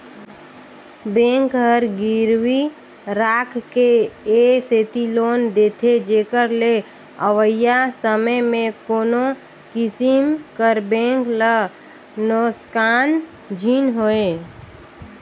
bank हर गिरवी राखके ए सेती लोन देथे जेकर ले अवइया समे में कोनो किसिम कर बेंक ल नोसकान झिन होए